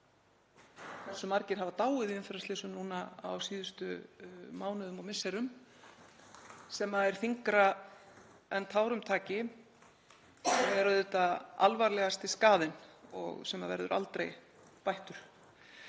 hversu margir hafa dáið í umferðarslysum á síðustu mánuðum og misserum, sem er þyngra en tárum taki og er auðvitað alvarlegasti skaðinn sem verður aldrei bættur.